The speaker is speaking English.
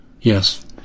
Yes